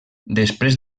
després